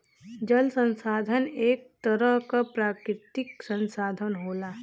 जल संसाधन एक तरह क प्राकृतिक संसाधन होला